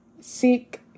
seek